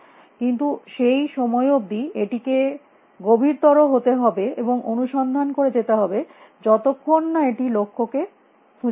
কিন্তু সেই সময় অবধি এটিকে গভীরতর হতে হবে এবং অনুসন্ধান করে যেতে হবে যতক্ষণ না এটি লক্ষ্য কে খুঁজে পাচ্ছে